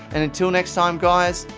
and until next time, guys,